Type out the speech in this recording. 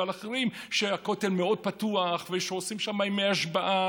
אחרים שהכותל מאוד פתוח ושעושים שם ימי השבעה,